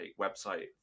website